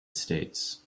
states